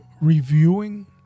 reviewing